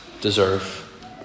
deserve